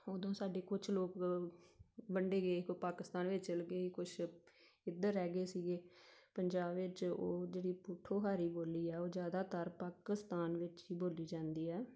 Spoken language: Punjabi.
ਉਦੋਂ ਸਾਡੇ ਕੁਛ ਲੋਕ ਵੰਡੇ ਗਏ ਕੋਈ ਪਾਕਿਸਤਾਨ ਵਿੱਚ ਚਲੇ ਗਏ ਕੁਛ ਇੱਧਰ ਰਹਿ ਗਏ ਸੀਗੇ ਪੰਜਾਬ ਵਿੱਚ ਉਹ ਜਿਹੜੀ ਪੋਠੋਹਾਰੀ ਬੋਲੀ ਆ ਉਹ ਜ਼ਿਆਦਾਤਰ ਪਾਕਿਸਤਾਨ ਵਿੱਚ ਹੀ ਬੋਲੀ ਜਾਂਦੀ ਆ